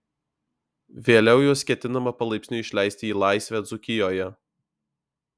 vėliau juos ketinama palaipsniui išleisti į laisvę dzūkijoje